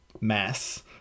mass